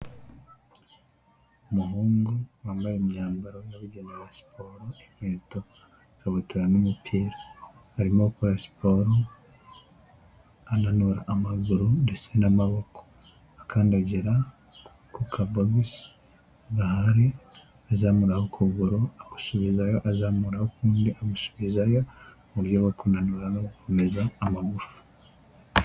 Umuhungu wambaye imyambaro yabugenewe ya siporo, inkweto, ikabutura, n'umupira, arimo gukora siporo, ananura amaguru ndetse n'amaboko, akandagira ku kabogisi gahari, azamuraho ukuguru, agusubizayo, azamuraho ukundi, agusubizayo, mu buryo bwo kunanura no gukomeza amagufa.